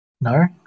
No